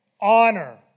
honor